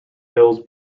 hills